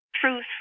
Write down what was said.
truth